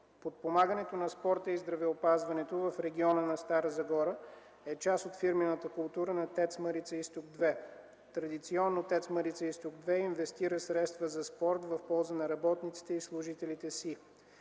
Подпомагането на спорта и здравеопазването в региона на Стара Загора е част от фирмената култура на ТЕЦ „Марица изток 2”. Традиционно от ТЕЦ „Марица изток 2” инвестират средства за спорт в полза на работниците и служителите си.